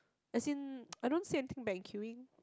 as in I don't see anything bad in queuing